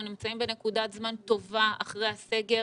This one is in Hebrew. אנחנו נמצאים בנקודת זמן טובה, אחרי הסגר,